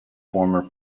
former